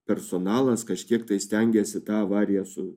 personalas kažkiek tai stengiasi tą avariją su